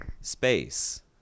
space